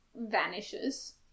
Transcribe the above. vanishes